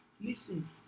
Listen